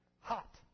Hot